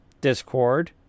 Discord